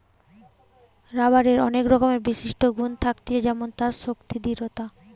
রাবারের অনেক রকমের বিশিষ্ট গুন থাকতিছে যেমন তার শক্তি, দৃঢ়তা